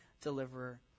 deliverer